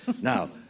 Now